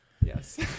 Yes